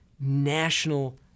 national